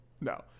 No